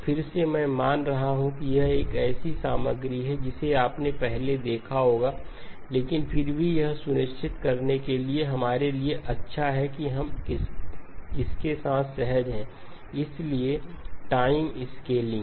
फिर से मैं यह मान रहा हूं कि यह ऐसी सामग्री है जिसे आपने पहले देखा होगा लेकिन फिर भी यह सुनिश्चित करने के लिए हमारे लिए अच्छा है कि हम इसके साथ सहज हैंइसलिए टाइम स्केलिंग